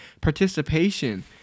Participation